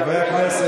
חברי הכנסת.